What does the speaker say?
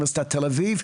אוניברסיטת תל-אביב,